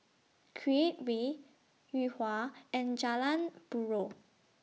Create Way Yuhua and Jalan Buroh